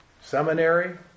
Seminary